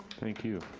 thank you.